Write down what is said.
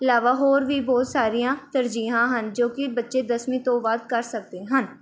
ਇਲਾਵਾ ਹੋਰ ਵੀ ਬਹੁਤ ਸਾਰੀਆਂ ਤਰਜੀਹਾਂ ਹਨ ਜੋ ਕਿ ਬੱਚੇ ਦਸਵੀਂ ਤੋਂ ਬਾਅਦ ਕਰ ਸਕਦੇ ਹਨ